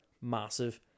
Massive